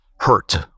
hurt